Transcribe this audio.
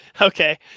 Okay